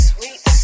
Sweet